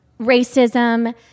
racism